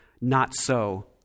not-so